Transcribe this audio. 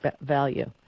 value